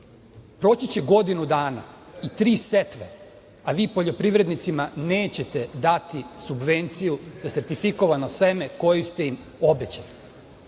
Proći će godinu dana i tri setve, a vi poljoprivrednicima nećete dati subvenciju za sertifikovano seme koju ste im obećali. Mogli